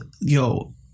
yo